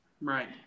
Right